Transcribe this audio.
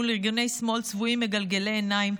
מול ארגוני שמאל צבועים מגלגלי עיניים,